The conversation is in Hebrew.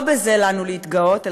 לא בזה לנו להתגאות,